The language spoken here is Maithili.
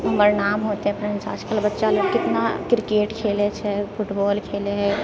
हमर नाम होतय आजकल बच्चा लोग कितना क्रिकेट खेलैत छै फुटबॉल खेलैत है